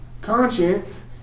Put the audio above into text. conscience